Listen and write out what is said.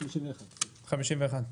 בפרק ו'.